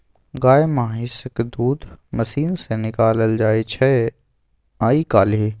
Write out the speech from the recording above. गाए महिषक दूध मशीन सँ निकालल जाइ छै आइ काल्हि